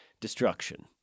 destruction